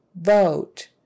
vote